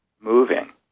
moving